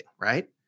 right